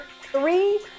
three